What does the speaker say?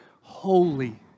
holy